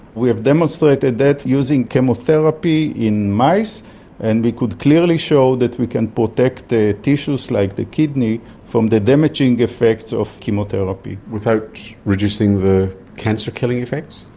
we have demonstrated that using chemotherapy in mice and we could clearly show that we can protect the tissues like the kidney from the damaging effects of chemotherapy. without reducing the cancer killing effects?